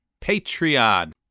Patreon